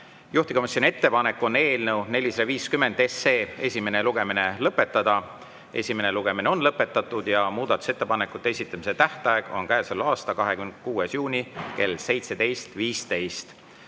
Juhtivkomisjoni ettepanek on eelnõu 450 esimene lugemine lõpetada. Esimene lugemine on lõpetatud ja muudatusettepanekute esitamise tähtaeg on käesoleva aasta 26. juuni kell 17.15.